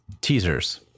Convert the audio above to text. teasers